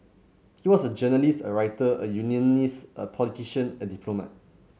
he was a journalist a writer a unionist a politician a diplomat